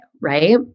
right